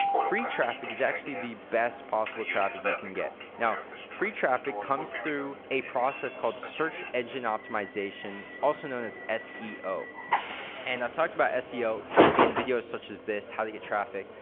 free traffic is actually the best possible traffic you can get. now, free traffic comes through a process called search engine optimization also known as as seo. and i've talked about seo in videos such as this, how to get traffic.